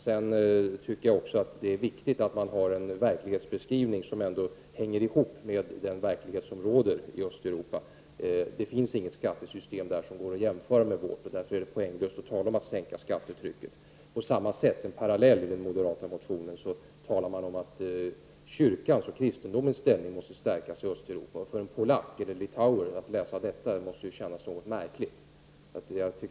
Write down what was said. Det är också viktigt att man har en verklighetsbeskrivning som hänger ihop med den verklighet som råder i Östeuropa. Det finns inte något skattesystem där som går att jämföra med vårt. Därför är det poänglöst att tala om att sänka skattetrycket. Som en parallell till den moderata motionen talar man om att kyrkans och kristendomens ställning måste stärkas i Östeuropa. Det måste kännas något märkligt för en polack eller en litauer att läsa detta.